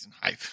hype